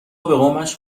قومش